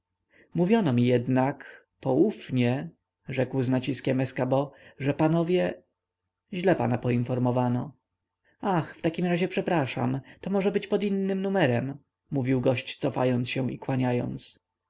mówiono mi jednak poufnie rzekł z naciskiem escabeau że panowie źle pana poinformowano ach w takim razie przepraszam to może być pod innym numerem mówił gość cofając się i kłaniając